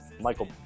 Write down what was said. Michael